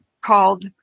called